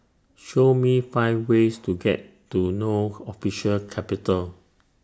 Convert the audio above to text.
Show Me five ways to get to No Official Capital